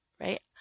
Right